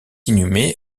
inhumée